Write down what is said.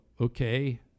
okay